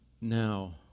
now